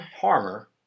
Harmer